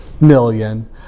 million